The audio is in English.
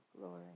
glory